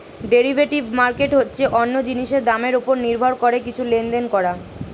derivative market হচ্ছে অন্য জিনিসের দামের উপর নির্ভর করে কিছু লেনদেন করা